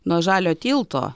nuo žalio tilto